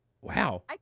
Wow